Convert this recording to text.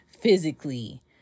physically